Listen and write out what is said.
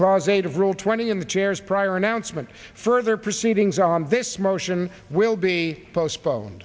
cause eight of rule twenty of the chairs prior announcement further proceedings on this motion will be postpone